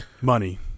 Money